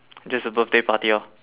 just a birthday party ah